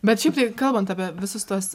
bet šiaip tai kalbant apie visus tuos